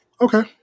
Okay